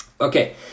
Okay